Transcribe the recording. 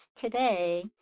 today